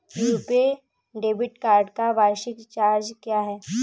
RuPay debit card का वार्षिक charge क्या है?